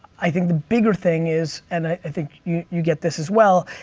i think the bigger thing is and, i think you get this as well,